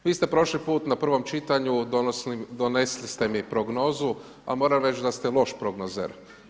Vi ste prošli put na prvom čitanju, donesli ste mi prognozu ali moram reći da ste loš prognozer.